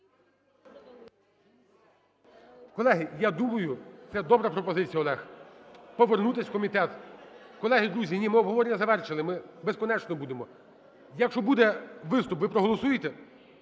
Колеги, я думаю, це добра пропозиція, Олег, повернути в комітет. Колеги, друзі, ні, ми обговорення завершити, ми безкінечно будемо. Якщо буде виступ, ви проголосуєте?